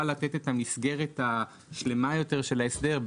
לתת את המסגרת השלמה יותר של ההסדר,